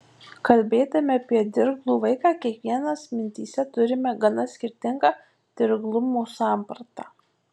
kalbėdami apie dirglų vaiką kiekvienas mintyse turime gana skirtingą dirglumo sampratą